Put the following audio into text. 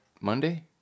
Monday